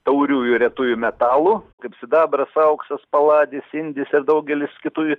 tauriųjų retųjų metalų kaip sidabras auksas paladis indis ir daugelis kitų